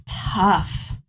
tough